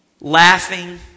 laughing